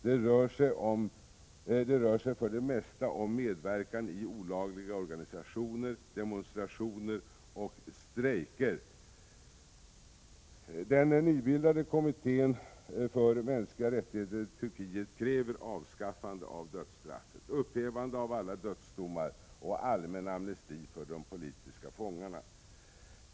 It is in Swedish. Det rör sig för det mesta om medverkan i ”olagliga” organisationer, demonstrationer och strejker. Den nybildade kommittén för mänskliga rättigheter i Turkiet kräver avskaffande av dödsstraffet, upphävande av alla dödsdomar och allmän amnesti för de politiska fångarna.